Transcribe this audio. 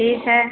ठीक है